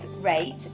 rate